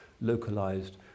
localized